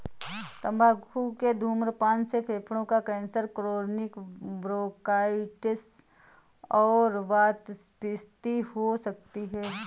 तंबाकू के धूम्रपान से फेफड़ों का कैंसर, क्रोनिक ब्रोंकाइटिस और वातस्फीति हो सकती है